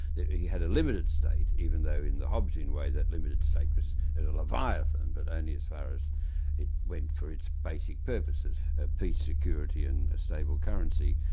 it had a limited state, even though in the hobbesian way that limited state was a leviathan, but only as far as it went for its basic purposes ah peace, security and a stable currency.